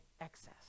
excess